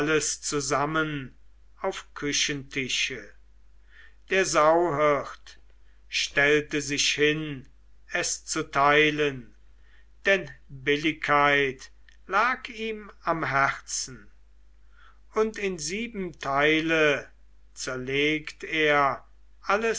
zusammen auf küchentische der sauhirt stellte sich hin es zu teilen denn billigkeit lag ihm am herzen und in sieben teile zerlegt er